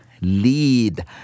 lead